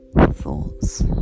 thoughts